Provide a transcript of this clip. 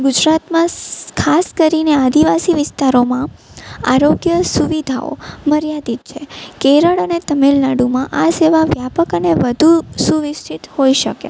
ગુજરાતમાં ખાસ કરીને આદિવાસી વિસ્તારોમાં આરોગ્ય સુવિધાઓ મર્યાદિત્ય છે કેરળ અને તમિલનાડુમાં આ સેવા વ્યાપક અને વધુ સુવિકસિત હોઈ શકે